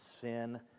sin